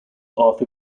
arthur